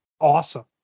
awesome